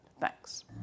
Thanks